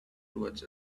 towards